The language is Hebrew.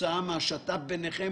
כתוצאה מהשת"פ ביניכם,